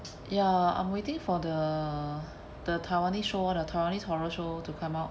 ya I'm waiting for the the taiwanese show the taiwanese horror show to come out